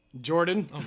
Jordan